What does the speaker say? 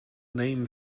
name